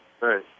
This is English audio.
Right